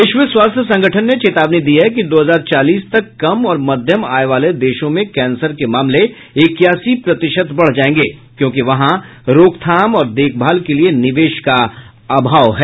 विश्व स्वास्थ्य संगठन ने चेतावनी दी है कि दो हजार चालीस तक कम और मध्यम आय वाले देशों में कैंसर के मामले इक्यासी प्रतिशत बढ़ जायेंगे क्योंकि वहां रोकथाम और देखभाल के लिए निवेश का अभाव है